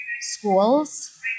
schools